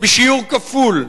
בשיעור כפול.